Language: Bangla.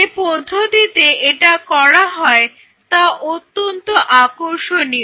যে পদ্ধতিতে এটা করা হয় তা অত্যন্ত আকর্ষণীয়